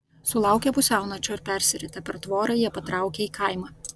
sulaukę pusiaunakčio ir persiritę per tvorą jie patraukė į kaimą